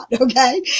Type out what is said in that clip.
okay